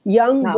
young